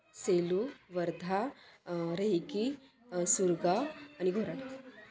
सेलू वर्धा रेहाकी सुरगा आणि घोरड